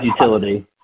utility